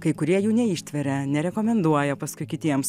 kai kurie jų neištveria nerekomenduoja paskui kitiems